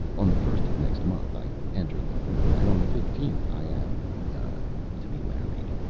on the first of next month i enter the firm, and on the fifteenth i am ah to be married.